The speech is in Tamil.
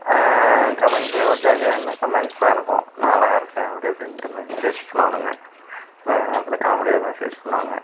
கமெண்ட்ஸ்ஸு அப்புறோம் ஜாலியாக அந்த கமெண்ட்ஸாக இருக்கும் நான் அழகாக இருக்கேன் அப்படி இப்படின்னுட்டு மெசேஜ் பண்ணுவானுங்க சில நேரத்தில் காமெடியாக மெசேஜ் பண்ணுவாங்க